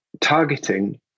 targeting